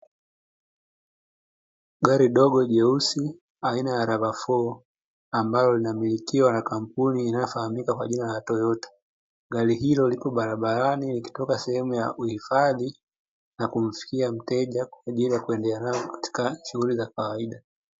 Gari dogo jeusi aina ya Rava-4 ambalo linamilikwa na kampuni inayofahamika kwa jina la Toyota, gari hilo lliko barabarani likitoka sehemu ya kuhifadhi na kumfikia mteja kwa ajili ya kwendea nalo katika shughuli za kawaida.